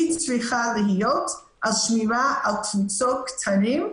היא צריכה להיות שמירה על קבוצות קטנות,